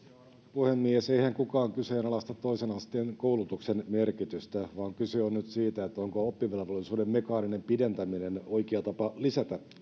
puhemies eihän kukaan kyseenalaista toisen asteen koulutuksen merkitystä vaan kyse on nyt siitä onko oppivelvollisuuden mekaaninen pidentäminen oikea tapa lisätä